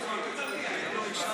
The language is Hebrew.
עכשיו תגידו: